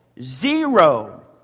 Zero